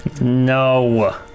No